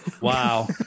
Wow